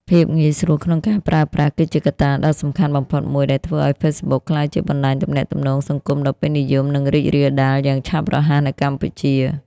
ភាពងាយស្រួលក្នុងការប្រើប្រាស់ គឺជាកត្តាដ៏សំខាន់បំផុតមួយដែលធ្វើឲ្យ Facebook ក្លាយជាបណ្តាញទំនាក់ទំនងសង្គមដ៏ពេញនិយម និងរីករាលដាលយ៉ាងឆាប់រហ័សនៅកម្ពុជា។